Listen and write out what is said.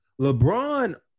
LeBron